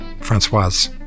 Francoise